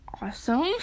Awesome